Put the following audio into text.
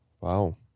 Wow